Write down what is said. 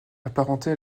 apparentés